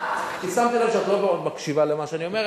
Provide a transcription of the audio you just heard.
כי שמתי לב שאת לא מאוד מקשיבה למה שאני אומר,